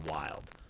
wild